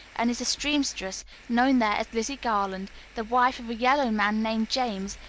and is a seamstress, known there as lizzie garland, the wife of a yellow man named james,